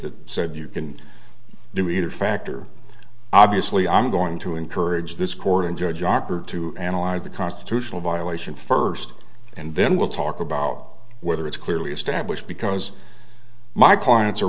that said you can do either factor obviously i'm going to encourage this court and judge ocker to analyze the constitutional violation first and then we'll talk about whether it's clearly established because my clients are